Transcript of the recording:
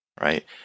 right